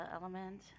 Element